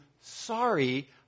sorry